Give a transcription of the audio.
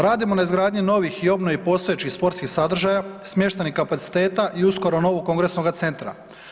Radimo na izgradnji novih i obnovi postojećih sportskih sadržaja, smještajnih kapaciteta i uskoro novoga kongresnoga centra.